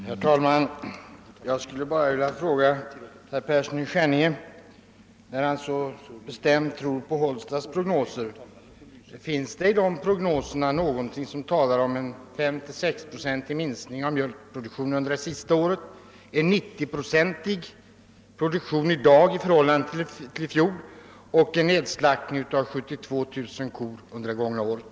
Herr talman! Jag skulle bara vilja fråga herr Persson i Skänninge med anledning av att han så bestämt tror på Hållstas prognoser: Finns det i de prognoserna någonting om en 5-procentig minskning av mjölkproduktionen under det senaste året, en 90-procentig produktion i dag jämfört med samma tidpunkt i fjol och en nedslaktning av 72000 kor under det gångna året?